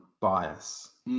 bias